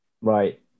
right